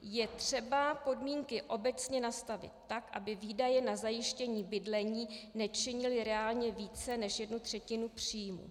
Je třeba podmínky obecně nastavit tak, aby výdaje na zajištění bydlení nečinily reálně více než jednu třetinu příjmů.